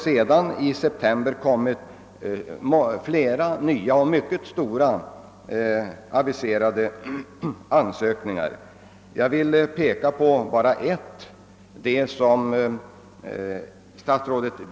Sedan i september har flera mycket stora projekt aviserats. Jag skall endast nämna ett av dem.